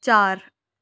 ਚਾਰ